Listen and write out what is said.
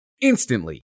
instantly